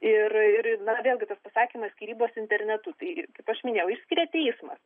ir ir na vėlgi tas pasakymas skyrybos internetu tai kaip aš minėjau išskiria teismas